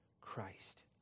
Christ